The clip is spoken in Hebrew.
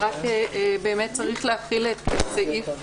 צריך להחיל את סעיף